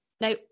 Now